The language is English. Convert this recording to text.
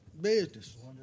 business